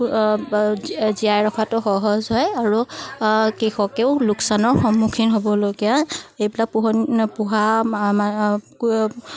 জীয়াই ৰখাটো সহজ হয় আৰু কৃষকেও লোকচানৰ সন্মুখীন হ'বলগীয়া এইবিলাক পোহনীয়া পোহা